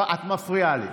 את מפריעה לי.